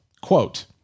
quote